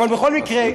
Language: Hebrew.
אבל בכל מקרה,